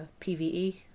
PVE